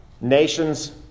Nations